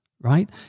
right